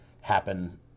happen